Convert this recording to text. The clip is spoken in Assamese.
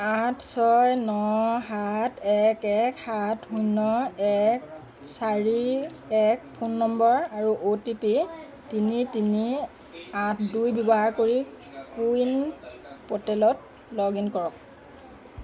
আঠ ছয় ন সাত এক এক সাত শূন্য এক চাৰি এক ফোন নম্বৰ আৰু অ' টি পি তিনি তিনি আঠ দুই ব্যৱহাৰ কৰি কো ৱিন প'ৰ্টেলত লগ ইন কৰক